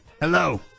Hello